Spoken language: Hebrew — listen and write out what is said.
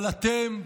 אבל אתם,